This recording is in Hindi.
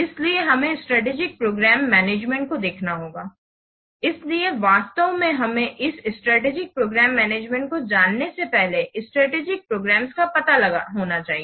इसलिए हमें स्ट्रेटेजिक प्रोग्राम मैनेजमेंट को देखना होगा इसलिए वास्तव में हमें इस स्ट्रेटेजिक प्रोग्राम मैनेजमेंट को जानने से पहले स्ट्रेटेजिक प्रोग्राम्स का पता होना चाहिए